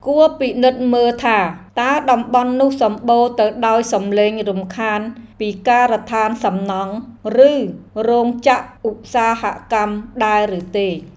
គួរពិនិត្យមើលថាតើតំបន់នោះសម្បូរទៅដោយសម្លេងរំខានពីការដ្ឋានសំណង់ ឬរោងចក្រឧស្សាហកម្មដែរឬទេ។